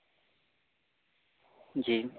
جی